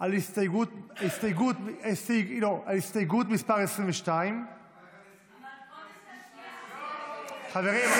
על הסתייגות מס' 22. חברים,